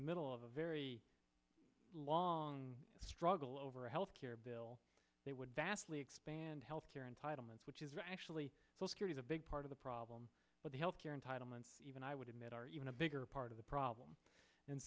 the middle of a very long struggle over a health care bill they would vastly expand health care entitlements which is actually a big part of the problem with health care entitlements even i would admit are even a bigger part of the problem and